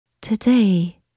Today